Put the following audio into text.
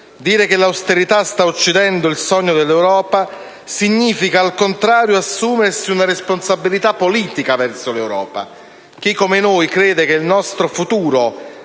Dire che l'austerità sta uccidendo il sogno dell'Europa significa, al contrario, assumersi una responsabilità politica verso l'Europa. Chi come noi crede che il nostro futuro